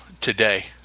today